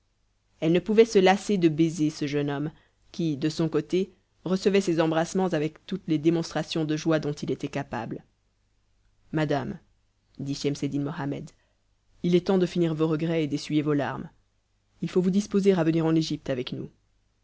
elle ne pouvait se lasser de baiser ce jeune homme qui de son côté recevait ses embrassements avec toutes les démonstrations de joie dont il était capable madame dit schemseddin mohammed il est temps de finir vos regrets et d'essuyer vos larmes il faut vous disposer à venir en égypte avec nous